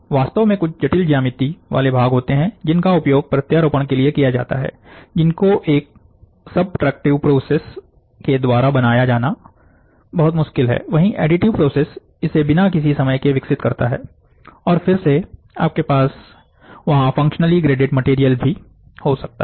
वास्तव में कुछ जटिल ज्यामिति वाले भाग होते हैं जिनका उपयोग प्रत्यारोपण के रूप में किया जाता है जिनको एक सबट्रैक्टिव प्रोसेस के द्वारा बनाया जाना बहुत मुश्किल है वही एडिटिव प्रोसेस इसे बिना किसी समय के विकसित करता है और फिर सेआपके पास वहां फंक्शनली ग्रेडेड मटेरियल भी हो सकता हैं